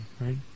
right